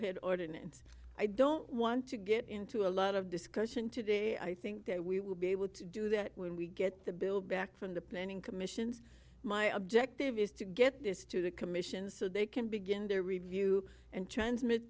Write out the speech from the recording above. hit ordinance i don't want to get into a lot of discussion today i think we will be able to do that when we get the bill back from the planning commissions my objective is to get this to the commission so they can begin to review and transmit